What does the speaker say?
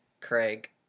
Craig